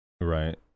Right